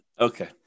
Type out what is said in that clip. Okay